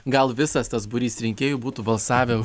gal visas tas būrys rinkėjų būtų balsavę